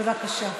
בבקשה.